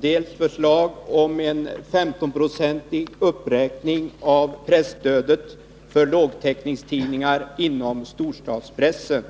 För det första gäller det ett förslag om en 15-procentig uppräkning av presstödet till lågtäckningstidningar inom storstadspressen.